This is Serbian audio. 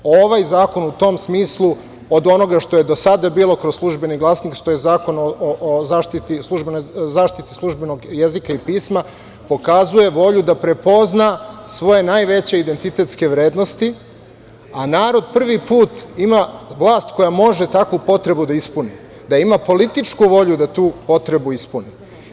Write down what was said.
Ovaj zakon u tom smislu, od onoga što je do sada bilo kroz "Službeni glasnik", što je zakon o zaštiti službenog jezika i pisma, pokazuje volju da prepozna svoje najveće identitetske vrednosti, a narod prvi put ima vlast koja može takvu potrebu da ispuni, da ima političku volju da tu potrebu ispuni.